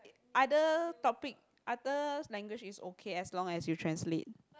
other topic other language is okay as long as you translate